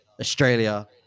Australia